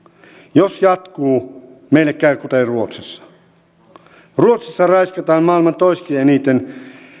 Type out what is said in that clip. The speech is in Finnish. jos jatkuu meille käy kuten ruotsissa ruotsissa raiskataan maailman toiseksi eniten